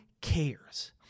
cares